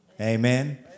Amen